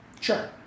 Sure